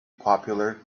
popular